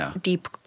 deep